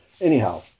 Anyhow